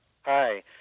Hi